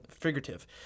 figurative